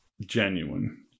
genuine